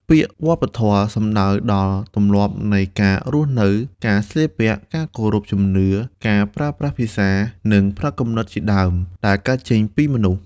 ពាក្យ «វប្បធម៌» សំដៅដល់ទម្លាប់នៃការរស់នៅ ការស្លៀកពាក់ ការគោរពជំនឿ ការប្រើប្រាស់ភាសា និងផ្នត់គំនិតជាដើម ដែលកើតចេញពីមនុស្ស។